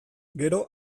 gero